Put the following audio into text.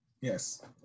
Yes